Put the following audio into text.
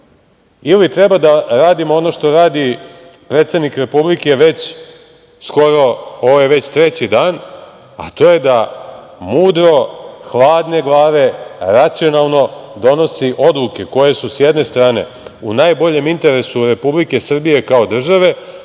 ili treba da radimo ono što radi predsednik Republike već skoro treći dan, a to je da mudro, hladne glave, racionalno donosi odluke koje su, s jedne strane u najboljem interesu Republike Srbije kao države,